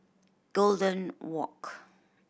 Golden Walk